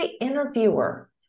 interviewer